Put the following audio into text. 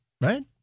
Right